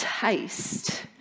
taste